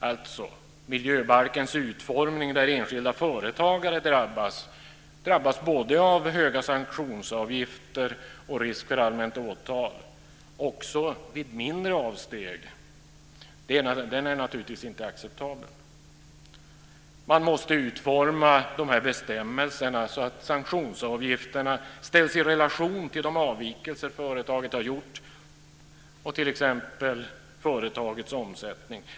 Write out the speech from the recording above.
Alltså: Miljöbalkens utformning som gör att enskilda företagare drabbas av både höga sanktionsavgifter och risk för allmänt åtal också vid mindre avsteg är naturligtvis inte acceptabel. Man måste utforma bestämmelserna så att sanktionsavgifterna ställs i relation till de avvikelser företaget har gjort och t.ex. företagets omsättning.